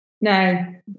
No